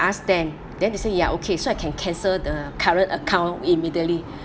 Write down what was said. ask them then they say ya okay so I can cancel the current account immediately